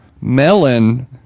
Melon